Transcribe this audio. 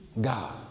God